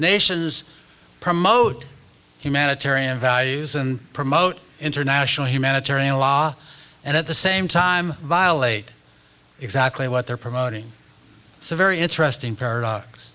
nations promote humanitarian values and promote international humanitarian law and at the same time violate exactly what they're promoting the very interesting par